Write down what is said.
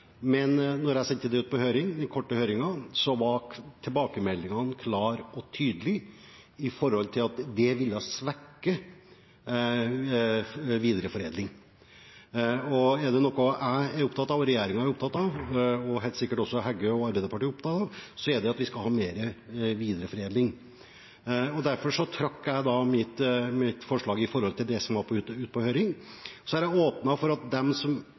men da jeg sendte det ut på en kort høring, var tilbakemeldingene klare og tydelige på at det ville svekke videreforedling. Og er det noe jeg og regjeringen er opptatt av – og helt sikkert også representanten Heggø og Arbeiderpartiet – er det at vi skal ha mer videreforedling. Derfor trakk jeg mitt forslag som var ute på høring. Jeg har åpnet for at de som tidligere hadde fleksibilitet på tre produksjonsområder, får beholde det, med det samme kravet til videreforedling. Men så har jeg åpnet for at